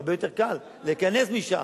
הרבה יותר קל להיכנס משם.